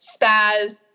Spaz